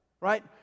right